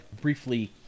briefly